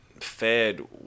fed